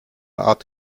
art